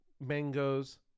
mangoes